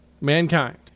Mankind